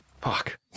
Fuck